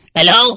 Hello